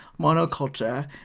monoculture